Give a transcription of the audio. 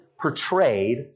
portrayed